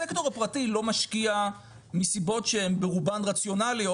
הסקטור הפרטי לא משקיע מסיבות שהן ברובן רציונליות.